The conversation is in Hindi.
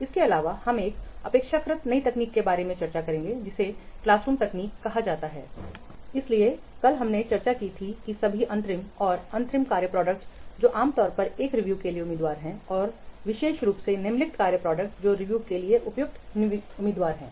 इसके अलावा हम एक अपेक्षाकृत नई तकनीक के बारे में चर्चा करेंगे जिसे क्लीनरूम तकनीक कहा जाता है इसलिए कल हमने चर्चा की थी कि सभी अंतरिम और अंतिम कार्य प्रोडक्ट जो आम तौर पर एक रिव्यू के लिए उम्मीदवार हैं और विशेष रूप से निम्नलिखित कार्य प्रोडक्ट जो रिव्यू के लिए उपयुक्त उम्मीदवार हैं